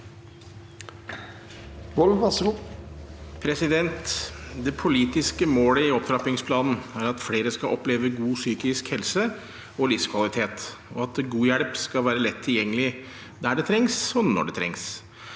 Det politiske målet i opptrappingsplanen er at flere skal oppleve god psykisk helse og livskvalitet, og at god hjelp skal være lett tilgjengelig der det trengs, og når det trengs.